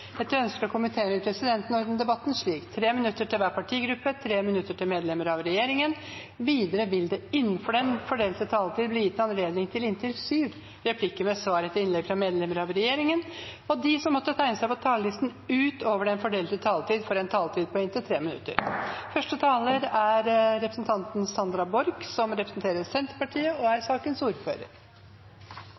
Etter ønske fra energi- og miljøkomiteen vil presidenten ordne debatten slik: 3 minutter til hver partigruppe og 3 minutter til medlemmer av regjeringen. Videre vil det – innenfor den fordelte taletid – bli gitt anledning til inntil syv replikker med svar etter innlegg fra medlemmer av regjeringen, og de som måtte tegne seg på talerlisten utover den fordelte taletid, får en taletid på inntil 3 minutter. Jeg må først få takke komiteen for samarbeidet i saken. I dag behandler vi en sak som